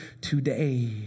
today